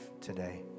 today